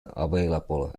available